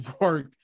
work